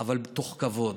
אבל מתוך כבוד.